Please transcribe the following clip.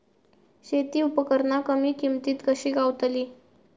शेती उपकरणा कमी किमतीत कशी गावतली?